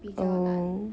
比较难